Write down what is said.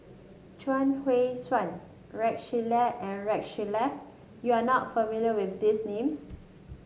Chuang Hui Tsuan Rex Shelley and Rex Shelley you are not familiar with these names